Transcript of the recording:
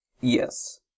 Yes